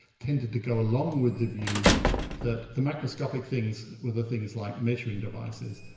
tended to go a long with the view that the macroscopic things were the things like measuring devices,